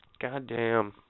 Goddamn